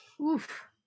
Oof